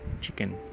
chicken